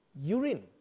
urine